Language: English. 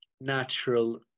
natural